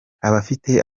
abafite